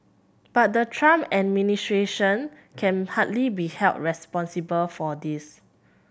but the Trump administration can hardly be held responsible for this